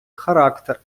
характер